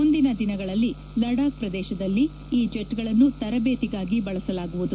ಮುಂದಿನ ದಿನಗಳಲ್ಲಿ ಲಡಾಖ್ ಪ್ರದೇಶದಲ್ಲಿಈ ಜೆಟ್ಗಳನ್ನು ತರಬೇತಿಗಾಗಿ ಬಳಸಲಾಗುವುದು